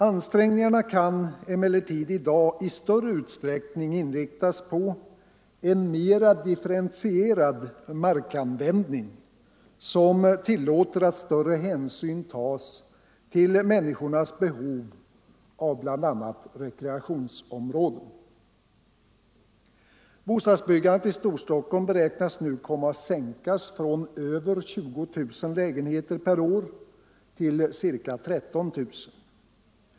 Ansträngningarna kan emellertid i dag i större utsträckning inriktas på en mera differentierad markanvändning, som tillåter att större hänsyn tas till människornas behov av bl.a. rekreationsområden. Bostadsbyggandet i Storstockholmsområdet beräknas nu komma att sänkas från över 20 000 lägenheter per år till ca 13000.